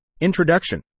Introduction